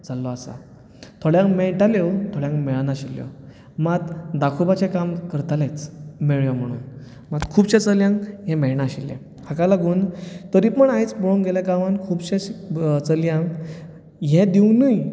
जाल्लो आसा थोड्यांक मेळटाल्यो थोड्यांक मेळनाशिल्ल्यो मात दाखोवपाचे काम करतालेच मेळ्ळ्यो म्हणून खुबशे चल्यांक हे मेळनाशिल्ले हाका लागून तरी पूण आयज पळोवंक गेल्यार खुबश्या चलयांक हें दिवनय